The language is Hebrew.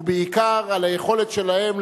ובעיקר על היכולת שלהם,